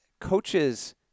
coaches